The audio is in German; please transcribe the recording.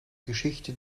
geschichte